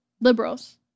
liberals